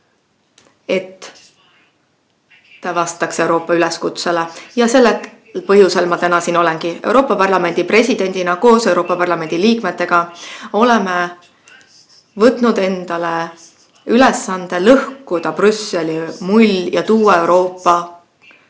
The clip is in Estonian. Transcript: et ta vastaks Euroopa kutsele. Sel põhjusel ma täna siia tulingi. Euroopa Parlamendi presidendina koos Euroopa Parlamendi liikmetega oleme võtnud endale ülesande lõhkuda Brüsseli mull, et tuua Euroopa